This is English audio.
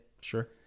Sure